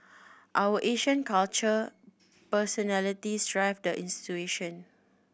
our Asian culture personalities drive the institution